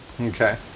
Okay